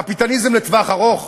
קפיטליזם לטווח ארוך,